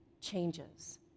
changes